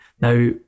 Now